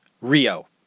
Rio